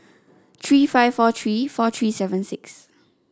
three five four three four three seven six